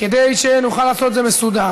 כדי שנוכל לעשות את זה מסודר.